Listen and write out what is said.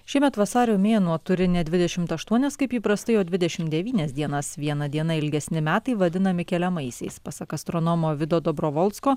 šiemet vasario mėnuo turi ne dvidešimt aštuonias kaip įprastai o dvidešimt devynias dienas vieną dieną ilgesni metai vadinami keliamaisiais pasak astronomo vido dobrovolsko